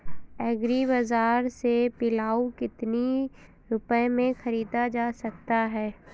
Agree बाजार से पिलाऊ कितनी रुपये में ख़रीदा जा सकता है?